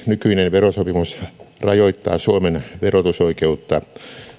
nykyinen verosopimus rajoittaa suomen verotusoikeutta